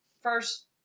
first